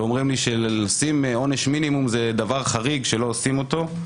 ואומרים לי שלשים עונש מינימום זה דבר חריג שלא עושים אותו.